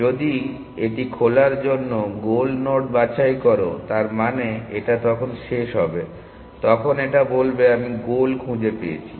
যদি এটি খোলার জন্য গোল নোড বাছাই করো তার মানে এটা তখন শেষ হবে তখন এটা বলবে আমি গোল খুঁজে পেয়েছি